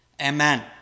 Amen